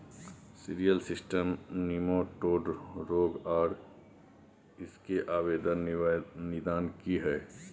Cereal system nematode रोग आर इसके निदान की हय?